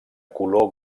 color